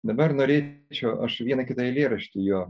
dabar norėčiau aš vieną kitą eilėraštį jo